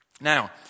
Now